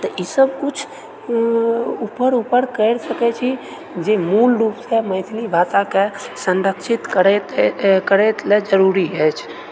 तऽ ई सब किछु ऊपर ऊपर करि सकैत छी जे मूल रूपसँ मैथिली भाषाके संरक्षित करैत करैत लए जरुरी अछि